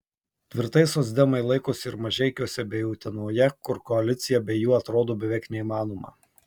tvirtai socdemai laikosi ir mažeikiuose bei utenoje kur koalicija be jų atrodo beveik neįmanoma